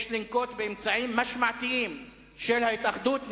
יש לנקוט אמצעים משמעתיים של ההתאחדות נגדו.